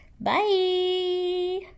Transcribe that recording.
bye